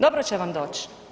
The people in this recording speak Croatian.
Dobro će vam doć.